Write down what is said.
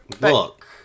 look